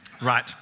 Right